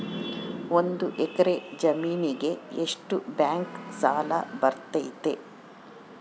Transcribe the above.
ಒಂದು ಎಕರೆ ಜಮೇನಿಗೆ ಎಷ್ಟು ಬ್ಯಾಂಕ್ ಸಾಲ ಬರ್ತೈತೆ?